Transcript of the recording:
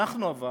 אבל אנחנו,